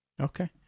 Okay